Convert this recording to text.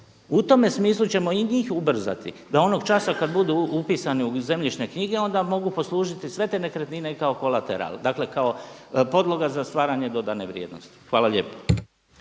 U tome smislu ćemo i njih ubrzati da onog časa kad budu upisani u zemljišne knjige onda mogu poslužiti sve te nekretnine kao kolateral, dakle kako podloga za stvaranje dodane vrijednosti. Hvala lijepo.